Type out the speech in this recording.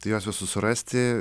tai juos visus surasti